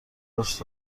دست